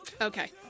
Okay